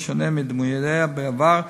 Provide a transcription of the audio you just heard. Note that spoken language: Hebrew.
בשונה מדימויה בעבר,